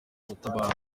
ubutabazi